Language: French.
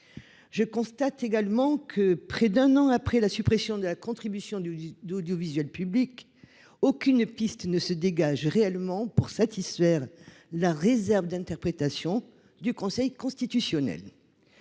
Je constate également que, près d'un an après la suppression de la contribution à l'audiovisuel public, aucune piste ne se dégage réellement pour satisfaire la réserve d'interprétation du Conseil constitutionnel.